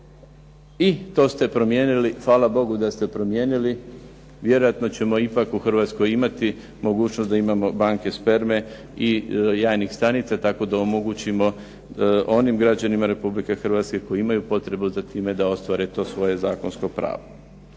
I to ste promijenili. Hvala Bogu da ste promijenili. Vjerojatno ćemo ipak u Hrvatskoj imati mogućnost da imamo banke sperme i jajnih stanica tako da omogućimo onim građanima Republike Hrvatske koji imaju potrebu za time, da ostvare to svoje zakonsko pravo.